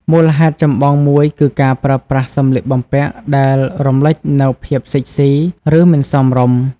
មូលហេតុចម្បងមួយគឺការប្រើប្រាស់សម្លៀកបំពាក់ដែលរំលេចនូវភាពសិចស៊ី ឬមិនសមរម្យ។